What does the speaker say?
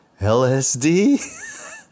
LSD